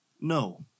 No